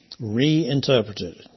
reinterpreted